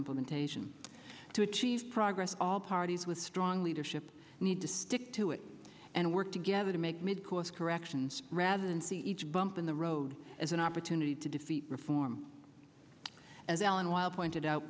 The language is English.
implementation to achieve progress all parties with strong leadership need to stick to it and work together to make mid course corrections rather than see each bump in the road as an opportunity to defeat reform as alan while pointed out